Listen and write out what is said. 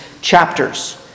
chapters